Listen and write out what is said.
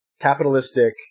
capitalistic